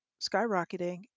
skyrocketing